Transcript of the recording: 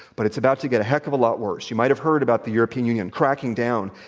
but it's about to get a heck of a lot worse. you might have heard about the european union cracking down,